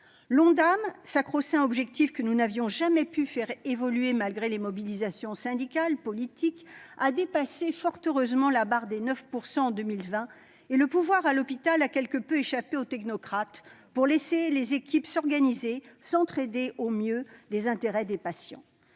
L'Ondam, sacro-saint objectif que nous n'avions jamais pu faire évoluer malgré les mobilisations syndicales et politiques, a dépassé fort heureusement la barre des 9 % d'augmentation en 2020, et le pouvoir à l'hôpital a quelque peu échappé aux technocrates pour laisser les équipes s'organiser, s'entraider au mieux des intérêts des patients.